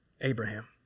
Abraham